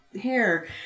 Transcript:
hair